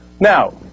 Now